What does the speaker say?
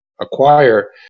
acquire